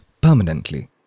permanently